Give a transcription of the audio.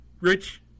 Rich